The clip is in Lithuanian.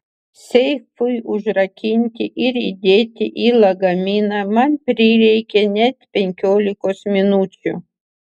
seifui užrakinti ir įdėti į lagaminą man prireikė net penkiolikos minučių